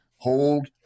Hold